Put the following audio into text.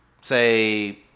say